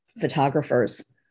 photographers